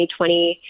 2020